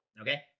okay